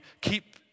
keep